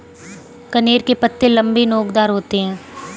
कनेर के पत्ते लम्बे, नोकदार होते हैं